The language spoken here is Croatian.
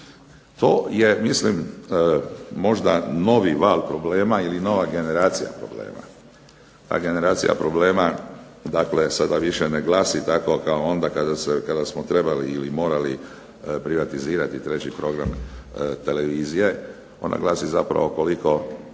To je mislim možda novi val problema, ili nova generacija problema, a generacija problema možda više ne glasi kao onda kada smo trebali ili morali privatizirati 3. program televizije, ona glasi zapravo koliko